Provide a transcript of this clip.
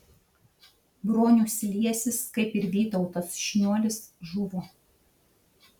bronius liesis kaip ir vytautas šniuolis žuvo